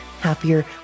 happier